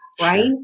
right